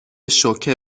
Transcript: شوکه